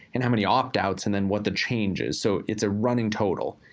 and how many opt-out's, and then what the change is. so it's a running total.